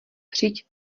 přijď